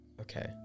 Okay